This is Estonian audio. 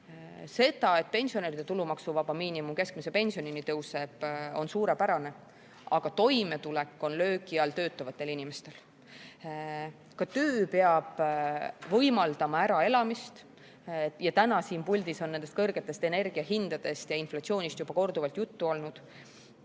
See, et pensionäride tulumaksuvaba miinimum keskmise pensionini tõuseb, on suurepärane. Aga toimetulek on löögi all töötavatel inimestel. Ka töö peab võimaldama äraelamist. Täna on siin puldis kõrgetest energiahindadest ja inflatsioonist juba korduvalt juttu olnud.